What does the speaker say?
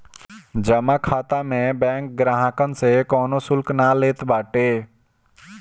जमा खाता में बैंक ग्राहकन से कवनो शुल्क ना लेत बाटे